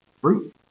fruit